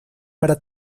para